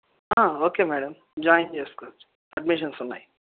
okay madam join చేసుకోచ్చు admissions ఉన్నాయి